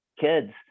kids